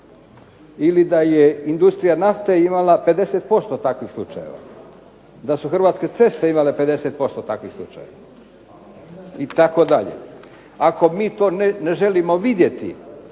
Ili da je industrija nafte imala 50% takvih slučajeva, da su Hrvatske ceste imale 50% takvih slučajeva itd. Ako mi to ne želimo vidjeti,